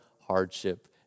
hardship